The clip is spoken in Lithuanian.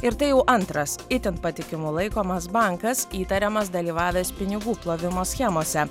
ir tai jau antras itin patikimu laikomas bankas įtariamas dalyvavęs pinigų plovimo schemose